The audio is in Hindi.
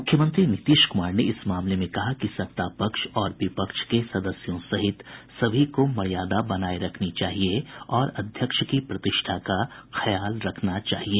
मुख्यमंत्री नीतीश कुमार ने इस मामले में कहा कि सत्तापक्ष और विपक्ष के सदस्यों सहित सभी को मर्यादा बनाये रखनी चाहिए और अध्यक्ष की प्रतिष्ठा का ख्याल रखना चाहिए